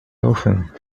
often